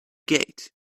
gate